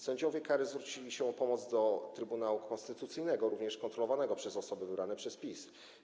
Sędziowie KRS zwrócili się o pomoc do Trybunału Konstytucyjnego również kontrolowanego przez osoby wybrane przez PiS.